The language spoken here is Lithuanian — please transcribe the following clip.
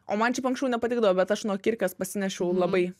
o man šiaip anksčiau nepatikdavo bet aš nuo kirkės pasinešiau labai